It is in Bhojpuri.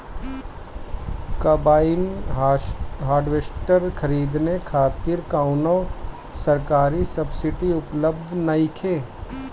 कंबाइन हार्वेस्टर खरीदे खातिर कउनो सरकारी सब्सीडी उपलब्ध नइखे?